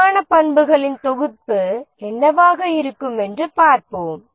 தரமான பண்புகளின் தொகுப்பு என்னவாக இருக்கும் என்று பார்ப்போம்